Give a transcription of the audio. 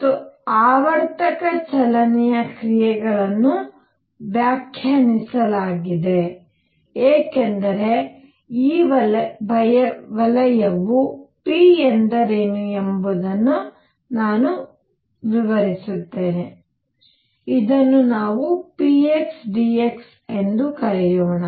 ಮತ್ತು ಆವರ್ತಕ ಚಲನೆಯ ಕ್ರಿಯೆಗಳನ್ನು ವ್ಯಾಖ್ಯಾನಿಸಲಾಗಿದೆ ಏಕೆಂದರೆ ಈ ವಲಯವು p ಎಂದರೇನು ಎಂಬುದನ್ನು ನಾನು ವಿವರಿಸುತ್ತೇನೆ ಇದನ್ನು ನಾವು px dx ಎಂದು ಕರೆಯೋಣ